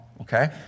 okay